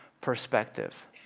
perspective